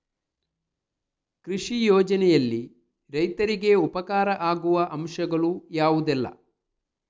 ಕೃಷಿ ಯೋಜನೆಯಲ್ಲಿ ರೈತರಿಗೆ ಉಪಕಾರ ಆಗುವ ಅಂಶಗಳು ಯಾವುದೆಲ್ಲ?